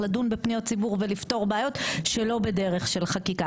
לדון בפניות הציבור ולפתור בעיות שלא בדרך של חקיקה,